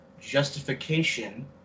justification